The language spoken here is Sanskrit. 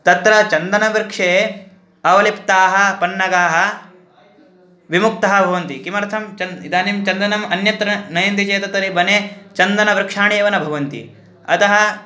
तत्र चन्दनवृक्षे अवलिप्ताः पन्नगाः विमुक्तः भवन्ति किमर्थं चन् इदानीं चन्दनम् अन्यत्र नयन्ति चेत् तर्हि वने चन्दनवृक्षाणि एव न भवन्ति अतः